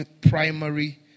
primary